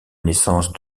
naissance